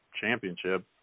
championship